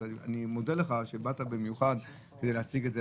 אז אני מודה לך שבאת במיוחד כדי להציג את זה,